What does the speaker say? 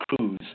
Cruz